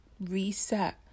reset